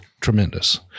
tremendous